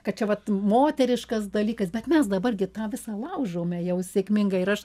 kad čia vat moteriškas dalykas bet mes dabar gi tą visą laužome jau sėkmingai ir aš